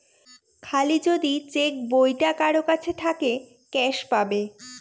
খালি যদি চেক বইটা কারোর কাছে থাকে ক্যাস পাবে